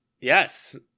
Yes